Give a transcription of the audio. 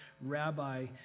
rabbi